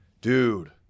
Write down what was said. Dude